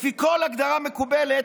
לפי כל הגדרה מקובלת,